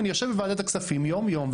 אני יושב בוועדת הכספים יום יום,